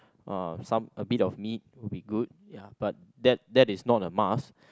uh some a bit of meat would be good ya but that that is not a must